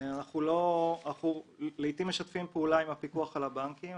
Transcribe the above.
אנחנו לעיתים משתפים פעולה עם הפיקוח על הבנקים,